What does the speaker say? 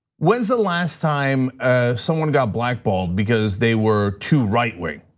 when is the last time ah someone got blackballed because they were too right-wing?